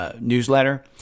newsletter